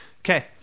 Okay